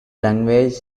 language